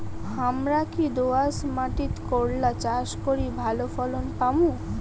হামরা কি দোয়াস মাতিট করলা চাষ করি ভালো ফলন পামু?